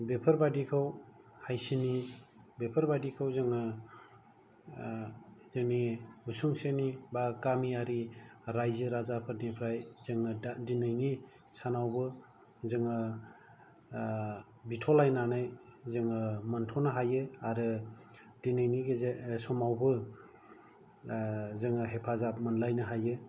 बेफोरबायदिखौ हायसिनि बेफोरबायदिखौ जोङो जोंनि उसुंसेनि बा गामियारि रायजो राजाफोरनिफ्राय जोङो दा दिनैनि सानावबो जोङो बिथ'लायननानै जोङो मोनथ'नो हायो आरो दिनैनि गेजे समावबो जोङो हेफाजाब मोनलायनो हायो